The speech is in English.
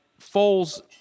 Foles –